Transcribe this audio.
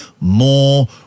more